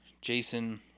Jason